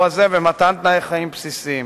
ומתן תנאי חיים בסיסיים.